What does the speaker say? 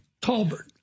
Talbert